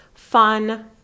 fun